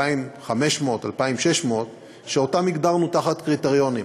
2,600-2,500 שאותם הגדרנו תחת קריטריונים,